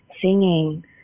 singing